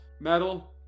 metal